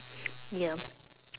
ya